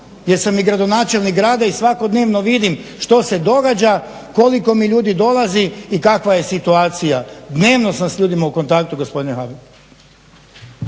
jer sam i gradonačelnik grada i svakodnevno vidim što se događa, koliko mi ljudi dolazi i kakva je situacija. Dnevno sam s ljudima u kontaktu gospodine Pandek.